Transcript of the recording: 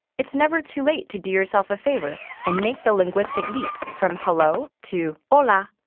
it's never too late to do yourself a favor and make the linguistic leap from, hello, to, hola,